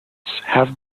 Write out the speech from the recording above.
have